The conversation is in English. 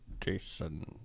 Jason